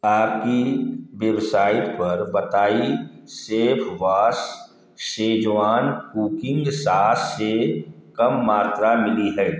आपकी बेवसाइट पर बताई सेफबॉस शेजवान कुकिंग सास से कम मात्रा मिली है